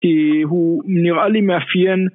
‫הוא נראה לי מאפיין